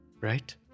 right